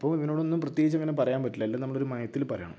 അപ്പോൾ ഇവനോട് ഒന്നും പ്രത്യേകിച്ച് ഒന്നും പറയാന് പറ്റില്ല എല്ലാം ഒരു മയത്തില് പറയണം